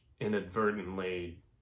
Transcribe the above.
inadvertently